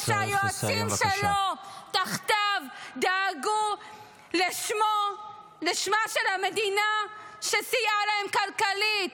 -- ושהיועצים שלו תחתיו דאגו לשמה של המדינה שסייעה להם כלכלית.